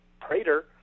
Prater